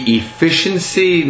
efficiency